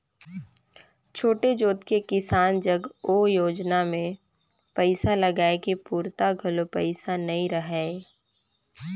छोटे जोत के किसान जग ओ योजना मे पइसा लगाए के पूरता घलो पइसा नइ रहय